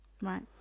Right